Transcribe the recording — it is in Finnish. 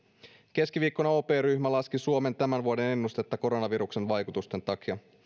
keskiviikkona op ryhmä laski suomen tämän vuoden ennustetta koronaviruksen vaikutusten takia